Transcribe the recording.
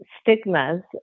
stigmas